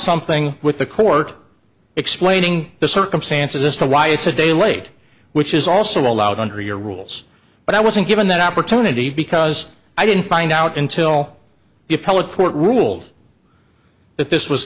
something with the court explaining the circumstances as to why it's a day late which is also allowed under your rules but i wasn't given that opportunity because i didn't find out until the appellate court ruled that this was